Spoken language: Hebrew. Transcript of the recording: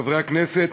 חברי הכנסת,